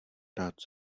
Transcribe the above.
rád